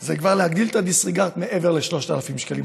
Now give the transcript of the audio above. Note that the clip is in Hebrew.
זה כבר להגדיל את ה-disregard מעבר ל-3,000 שקלים.